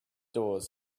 doors